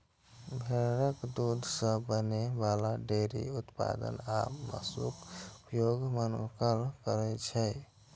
भेड़क दूध सं बनै बला डेयरी उत्पाद आ मासुक उपभोग मनुक्ख करै छै